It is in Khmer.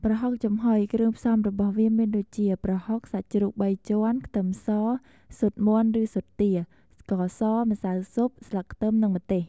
ប្រហុកចំហុយ គ្រឿងផ្សំរបស់វាមានដូចជា ប្រហុក សាច់ជ្រូកបីជាន់ ខ្ទឹមស ស៊ុតមាន់ ឬស៊ុតទា ស្ករស ម្សៅស៊ុប ស្លឹកខ្ទឹម និងម្ទេស។